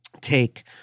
take